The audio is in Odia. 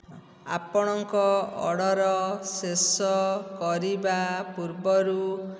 ଆପଣଙ୍କ ଅର୍ଡ଼ର ଶେଷ କରିବା ପୂର୍ବରୁ